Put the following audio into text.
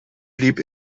blieb